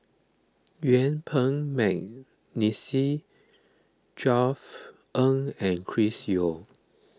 Yuen Peng McNeice Josef Ng and Chris Yeo